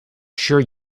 sure